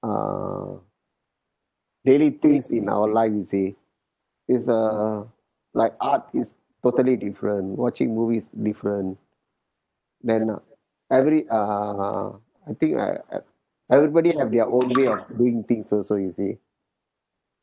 uh daily things in our life you see it's a like art is totally different watching movies different then every err I think I have everybody have their own way of doing things also you see